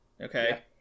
okay